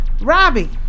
Robbie